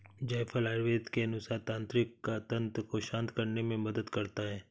जायफल आयुर्वेद के अनुसार तंत्रिका तंत्र को शांत करने में मदद करता है